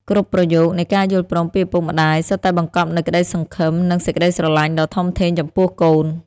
គ្រប់ប្រយោគនៃការយល់ព្រមពីឪពុកម្ដាយ សុទ្ធតែបង្កប់នូវក្ដីសង្ឃឹម និងសេចក្ដីស្រឡាញ់ដ៏ធំធេងចំពោះកូន។